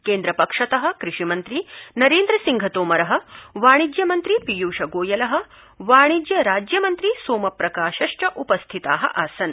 केन्द्रपक्षत कृषिमन्त्री नरेन्द्रसिंह तोमर वाणिज्य मंत्री पीयूष गोयल वाणिज्य राज्य मंत्री सोमप्रकाशश्च उपस्थिता आसन्